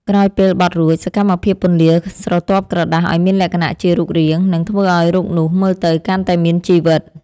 ក្រោយពេលបត់រួច សកម្មភាពពន្លាស្រទាប់ក្រដាសឱ្យមានលក្ខណៈជារូបរាង នឹងធ្វើឱ្យរូបនោះមើលទៅកាន់តែមានជីវិត។